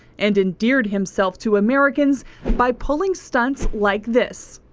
and endeared himself to americans by pulling stunts like this.